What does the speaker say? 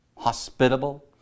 hospitable